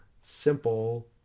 simple